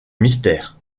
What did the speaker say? mystère